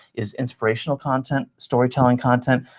is inspirational content, storytelling content,